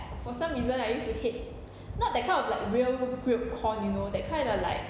for some reason I used to hate not that kind of like real grilled corn you know that kind of like